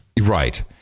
Right